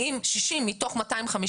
ואם יש 60 מתוך 257,